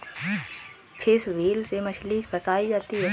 fish wheel से मछली फँसायी जाती है